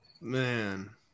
man